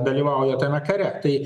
dalyvauja tame kare tai